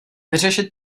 vyřešit